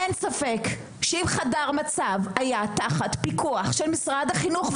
אין ספק שאם חדר מצב היה תחת פיקוח של משרד החינוך,